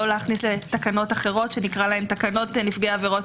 להכניס לתקנות אחרות שנקרא להן "תקנות נפגעי עבירות